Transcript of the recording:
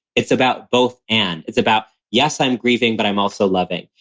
it's about both and. it's about yes, i'm grieving, but i'm also loving.